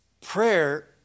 Prayer